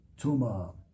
Tuma